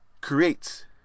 creates